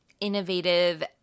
innovative